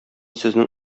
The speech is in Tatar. сезнең